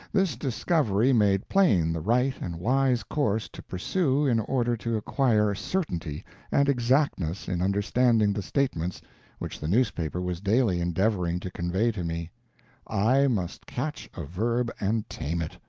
this discovery made plain the right and wise course to pursue in order to acquire certainty and exactness in understanding the statements which the newspaper was daily endeavoring to convey to me i must catch a verb and tame it.